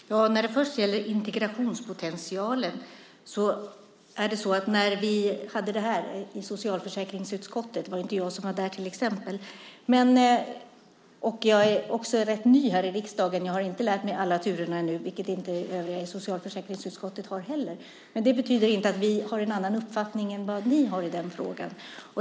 Herr talman! När det först gäller integrationspotentialen var jag inte där när frågan var uppe i socialförsäkringsutskottet. Jag är rätt ny i riksdagen och har inte lärt mig alla turerna ännu, vilket övriga i socialförsäkringsutskottet inte heller har. Men det betyder inte att vi har en annan uppfattning än vad ni har i den frågan.